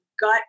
gut